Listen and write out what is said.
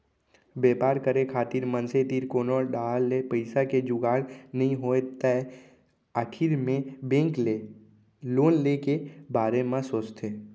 बेपार करे खातिर मनसे तीर कोनो डाहर ले पइसा के जुगाड़ नइ होय तै आखिर मे बेंक ले लोन ले के बारे म सोचथें